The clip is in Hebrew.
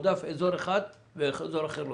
שיתועדף אזור אחד ואזור אחר לא.